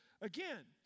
again